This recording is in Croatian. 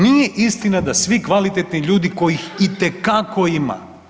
Nije istina da svi kvalitetni ljudi kojih itekako ima.